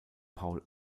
paul